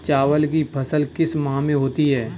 चावल की फसल किस माह में होती है?